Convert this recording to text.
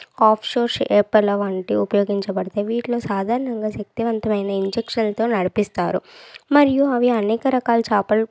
offshores చేపల వంటివి ఉపయోగించబడతాయి వీటిలో సాధారణంగా శక్తివంతమైన ఇంజక్షన్లతో నడిపిస్తారు మరియు అవి అనేక రకాల చేపలు